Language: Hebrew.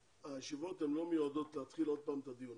הישיבות לא מיועדות להתחיל עוד פעם את הדיון,